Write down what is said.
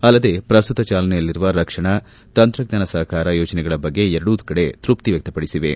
ಅಲ್ಲದೆ ಪ್ರಸ್ತುತ ಚಾಲನೆಯಲ್ಲಿರುವ ರಕ್ಷಣಾ ತಂತ್ರಜ್ಞಾನ ಸಹಕಾರ ಯೋಜನೆಗಳ ಬಗ್ಗೆ ಎರಡೂ ಕಡೆ ತೃಪ್ತಿ ವ್ಯಕ್ತಪಡಿಸಿವೆ